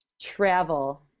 Travel